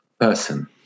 person